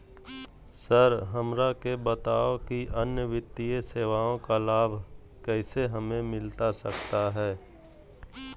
Sir हमरा के बताओ कि अन्य वित्तीय सेवाओं का लाभ कैसे हमें मिलता सकता है?